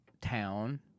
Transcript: town